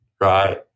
right